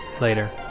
Later